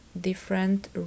different